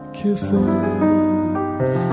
kisses